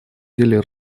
деле